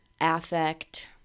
affect